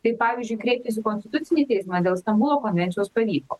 tai pavyzdžiui kreiptis į konstitucinį teismą dėl stambulo konvencijos pavyko